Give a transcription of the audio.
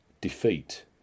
defeat